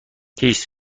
هیس